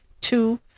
two